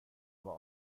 vad